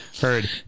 Heard